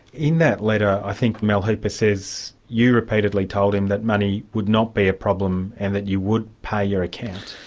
in that letter, i think mal hooper says you repeatedly told him that money would not be a problem and that you would pay your account.